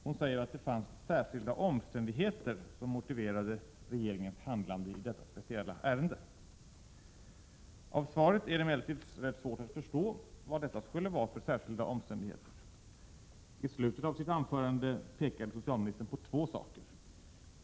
Hon säger att det fanns ”särskilda omständigheter” som motiverade regeringens handlande i detta speciella ärende. Av svaret är det emellertid rätt svårt att förstå vad detta skulle vara för särskilda omständigheter. I slutet av sitt anförande pekade socialministern på två saker.